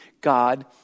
God